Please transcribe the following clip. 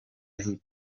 hip